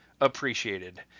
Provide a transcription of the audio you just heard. appreciated